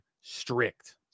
strict